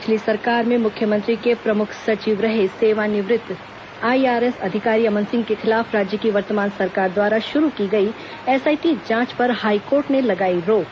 पिछली सरकार में मुख्यमंत्री के प्रमुख सचिव रहे सेवानिवृत्त आईआरएस अधिकारी अमन सिंह के खिलाफ राज्य की वर्तमान सरकार द्वारा शुरू की गई एसआईटी जांच पर हाईकोर्ट ने लगाई रोक